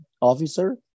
officer